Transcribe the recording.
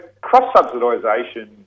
cross-subsidisation